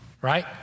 right